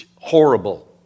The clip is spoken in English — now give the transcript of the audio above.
horrible